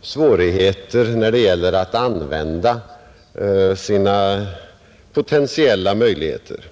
svårigheter när det gäller att använda sina potentiella möjligheter.